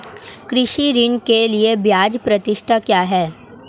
कृषि ऋण के लिए ब्याज प्रतिशत क्या है?